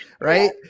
right